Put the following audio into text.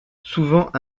souvent